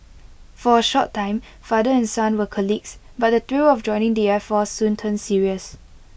for A short time father and son were colleagues but the thrill of joining the air force soon turned serious